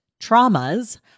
traumas